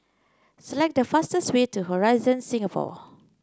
select the fastest way to Horizon Singapore